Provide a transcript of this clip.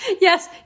Yes